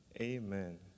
Amen